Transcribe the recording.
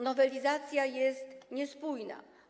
Nowelizacja jest niespójna.